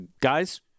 guys